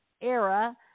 era